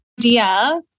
idea